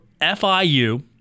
FIU